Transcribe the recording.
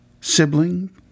sibling